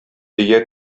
дөя